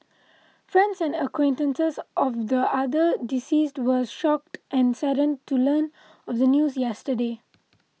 friends and acquaintances of the other deceased were shocked and saddened to learn of the news yesterday